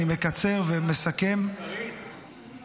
אני מקצר ומסכם --- קארין,